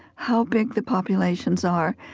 how big the populations are,